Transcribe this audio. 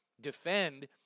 defend